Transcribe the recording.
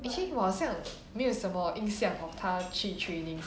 actually 我好像没有什么印象 of 她去 training